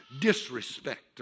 disrespect